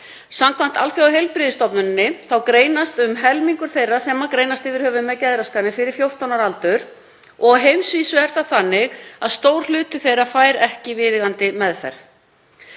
Samkvæmt Alþjóðaheilbrigðismálastofnuninni greinist um helmingur þeirra sem greinast yfir höfuð með geðraskanir fyrir 14 ára aldur og á heimsvísu er það þannig að stór hluti þeirra fær ekki viðeigandi meðferð.